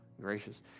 gracious